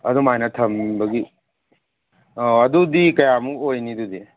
ꯑꯗꯨꯃꯥꯏꯅ ꯊꯝꯕꯒꯤ ꯑꯗꯨꯗꯤ ꯀꯌꯥꯃꯨꯛ ꯑꯣꯏꯅꯤꯗꯨꯗꯤ